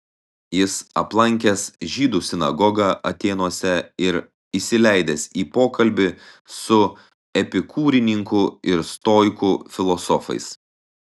jis aplankęs žydų sinagogą atėnuose ir įsileidęs į pokalbį su epikūrininkų ir stoikų filosofais